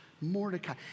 Mordecai